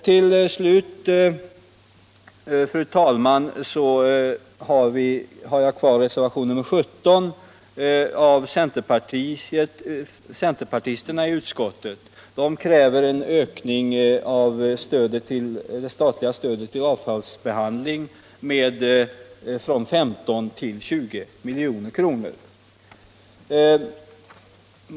Till slut, fru talman, några ord om reservationen 17 av centerpartisterna i utskottet. De kräver en ökning av det statliga stödet till avfallsbehandling från 15 till 20 milj.kr.